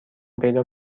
پیدا